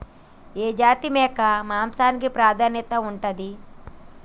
ఏ జాతి మేక మాంసానికి ప్రాధాన్యత ఉంటది?